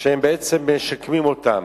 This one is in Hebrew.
שבעצם משקמים אותם.